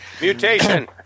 Mutation